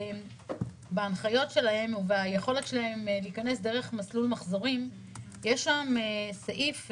בהנחיות שלהם וביכולת שלהם להיכנס דרך מסלול מחזורים יש סעיף,